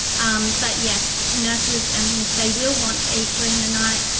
um but yes, nurses and things, they will want to eat during the night,